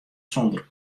sonder